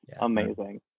amazing